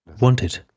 wanted